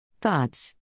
Thoughts